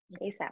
ASAP